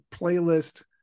playlist